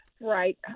Right